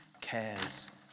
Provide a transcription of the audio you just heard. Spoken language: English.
cares